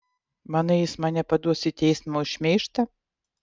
manai jis mane paduos į teismą už šmeižtą